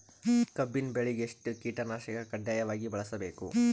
ಕಬ್ಬಿನ್ ಬೆಳಿಗ ಎಷ್ಟ ಕೀಟನಾಶಕ ಕಡ್ಡಾಯವಾಗಿ ಬಳಸಬೇಕು?